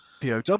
POW